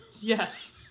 Yes